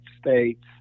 states